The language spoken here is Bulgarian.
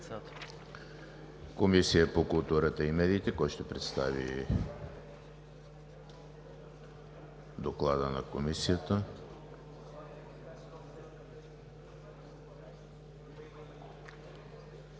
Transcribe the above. Комисията по културата и медиите кой ще представи Доклада на Комисията?